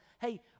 hey